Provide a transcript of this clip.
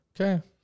Okay